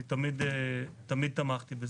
תמיד תמכתי בזה.